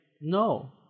No